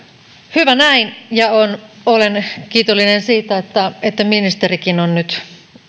hyvä näin ja olen kiitollinen siitä että että ministerikin on nyt